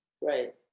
Right